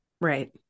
Right